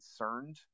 concerned